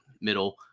middle